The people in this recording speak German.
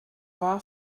war